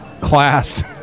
class